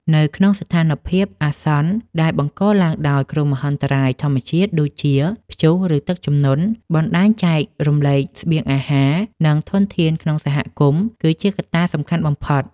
នៅក្នុងស្ថានភាពអាសន្នដែលបង្កឡើងដោយគ្រោះមហន្តរាយធម្មជាតិដូចជា ព្យុះ ឬទឹកជំនន់ បណ្ដាញចែករំលែកស្បៀងអាហារ និងធនធានក្នុងសហគមន៍គឺជាកត្តាសំខាន់បំផុត។